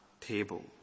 table